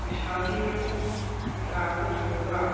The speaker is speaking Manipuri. ꯄꯩꯁꯥꯒꯤ ꯂꯥꯡꯗ ꯊꯨꯔꯒ